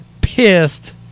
pissed